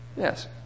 Yes